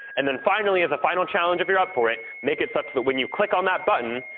and then finally, as a final challenge, if you're up for it, make it such that when you click on that button,